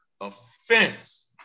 offense